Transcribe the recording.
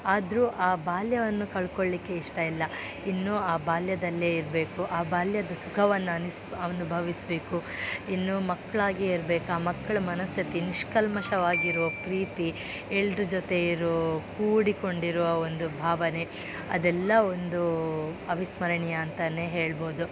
ಆದ್ರೂ ಆ ಬಾಲ್ಯವನ್ನು ಕಳ್ಕೊಳ್ಳಲಿಕ್ಕೆ ಇಷ್ಟ ಇಲ್ಲ ಇನ್ನೂ ಆ ಬಾಲ್ಯದಲ್ಲೇ ಇರಬೇಕು ಆ ಬಾಲ್ಯದ ಸುಖವನ್ನು ಅನಿಸ ಅನುಭವಿಸಬೇಕು ಇನ್ನೂ ಮಕ್ಕಳಾಗಿಯೇ ಇರ್ಬೇಕು ಆ ಮಕ್ಳ ಮನಸ್ಥಿತಿ ನಿಷ್ಕಲ್ಮಶವಾಗಿರೋ ಪ್ರೀತಿ ಎಲ್ರ ಜೊತೆ ಇರೋ ಕೂಡಿಕೊಂಡಿರುವ ಒಂದು ಭಾವನೆ ಅದೆಲ್ಲ ಒಂದು ಅವಿಸ್ಮರಣೀಯ ಅಂತಲೇ ಹೇಳ್ಬೋದು